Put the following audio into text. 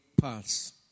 paths